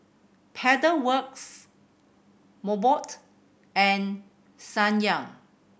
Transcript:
Pedal Works Mobot and Ssangyong